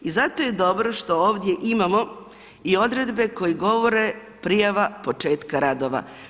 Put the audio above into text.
I zato je dobro što ovdje imamo i odredbe koje govore prijava početka radova.